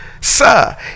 Sir